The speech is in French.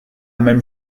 même